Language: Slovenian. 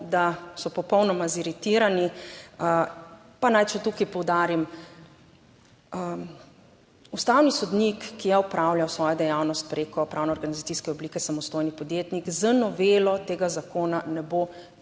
da so popolnoma ziritirani. Pa naj še tukaj poudarim, ustavni sodnik, ki je opravljal svojo dejavnost preko pravno organizacijske oblike. Samostojni podjetnik z novelo tega zakona ne bo v